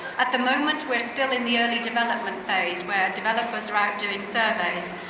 at the moment, we're still in the early development phase, where developers are out doing surveys.